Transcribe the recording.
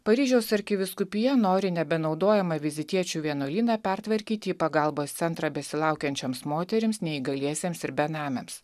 paryžiaus arkivyskupija nori nebenaudojamą vizitiečių vienuolyną pertvarkyt į pagalbos centrą besilaukiančioms moterims neįgaliesiems ir benamiams